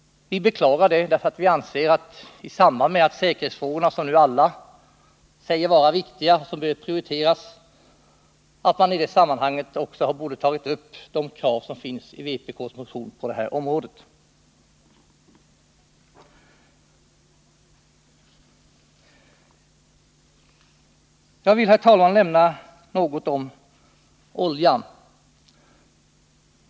Vi beklagar det, eftersom vi anser att man i samband med säkerhetsfrågorna, som nu alla säger är viktiga och som bör prioriteras, också borde ha tagit upp de krav som ställts i vpk:s motion på det här området. Jag vill, herr talman, nämna något om oljan.